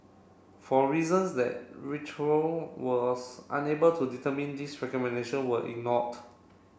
for reasons that was unable to determine these recommendation were ignored